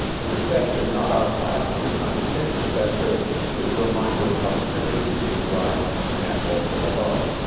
in respect, the not-our-class-dear condescension of that phrase is a reminder of how tricky it is to deride an asshole from above.